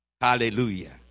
Hallelujah